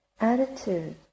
attitude